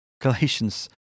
Galatians